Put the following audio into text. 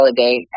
validate